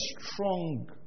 strong